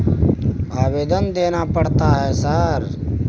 आवेदन देना पड़ता है सर?